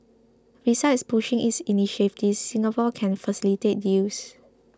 besides pushing its initiatives Singapore can facilitate deals